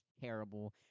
terrible